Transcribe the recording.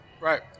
Right